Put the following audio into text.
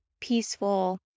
peaceful